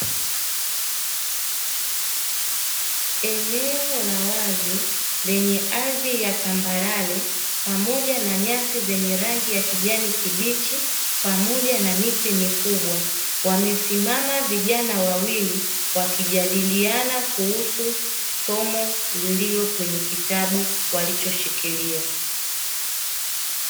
Eneo la wazi lenye ardhi ya tambarare pamoja na nyasi zenye rangi ya kijani kibichi, pamoja na miti mikubwa wamesimama vijana wawili wakijadiliana kuhusu somo lililo kwenye kitabu walichoshikiria.